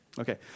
Okay